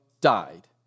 died